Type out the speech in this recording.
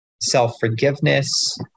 self-forgiveness